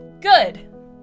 Good